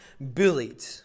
bullied